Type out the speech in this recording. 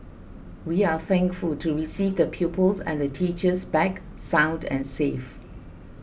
we are thankful to receive the pupils and the teachers back sound and safe